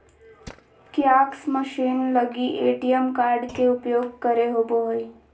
kiosk machine लगी ATM card के उपयोग करे होबो हइ